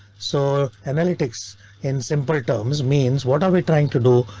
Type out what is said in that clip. so analytics in simple terms means what are we trying to do?